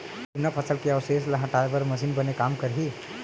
जुन्ना फसल के अवशेष ला हटाए बर कोन मशीन बने काम करही?